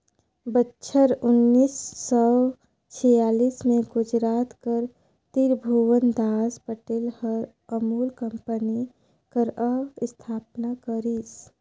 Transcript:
बछर उन्नीस सव छियालीस में गुजरात कर तिरभुवनदास पटेल हर अमूल कंपनी कर अस्थापना करिस